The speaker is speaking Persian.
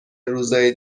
روزای